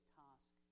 task